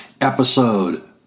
episode